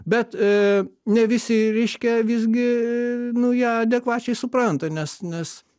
bet ne visi reiškia visgi nu ją adekvačiai supranta nes nes